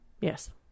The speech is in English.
Yes